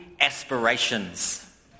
aspirations